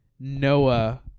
Noah